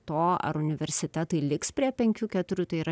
to ar universitetai liks prie penkių keturių tai yra